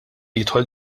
jidħol